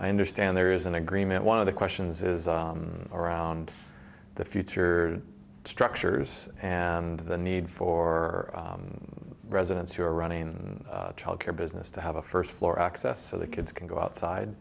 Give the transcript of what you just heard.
i understand there is an agreement one of the questions is around the future structures and the need for residents who are running child care business to have a first floor access so the kids can go outside